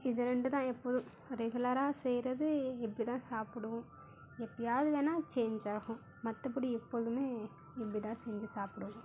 இது இரண்டு தான் எப்போதும் ரெகுலராக செய்கிறது இப்படி தான் சாப்பிடுவோம் எப்பயாவது வேணால் சேன்ச்சாகும் மற்றபடி எப்பொழுதுமே இப்படி தான் செஞ்சு சாப்பிடுவோம்